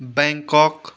Bangkok